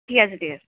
ঠিক আছে ঠিক আছে